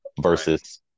versus